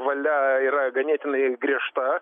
valia yra ganėtinai griežta